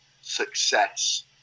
success